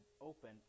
open